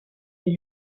est